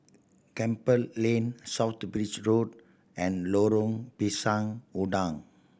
Campbell Lane South Bridge Road and Lorong Pisang Udang